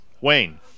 Wayne